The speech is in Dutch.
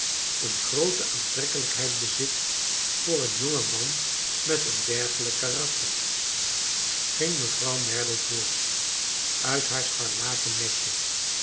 een groote aantrekkelijkheid bezit voor een jongen man met een dergelijk karakter ging mevrouw merdle voort uit haar scharlaken nestje